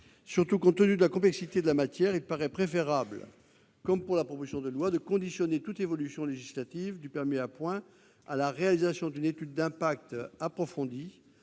Surtout, compte tenu de la complexité de la matière, il paraît préférable de conditionner toute évolution législative du permis à points à la réalisation d'une étude d'impact approfondie,